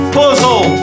puzzle